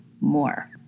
more